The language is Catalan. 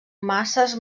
masses